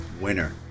winner